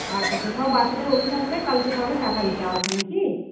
আচ্ছা আচ্ছা সব বাচ্চাদের অভিভাবকরাই কালকে তাহলে টাকা দিতে আসবে নাকি